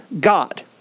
God